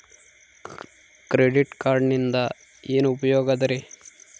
Credit ಕಾರ್ಡಿನಿಂದ ಏನು ಉಪಯೋಗದರಿ?